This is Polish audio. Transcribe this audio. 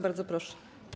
Bardzo proszę.